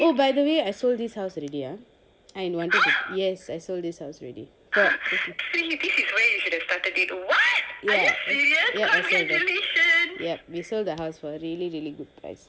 oh by the way I sold this house already ah yes I sold this house already ya I sold ya we sold the house for a really really good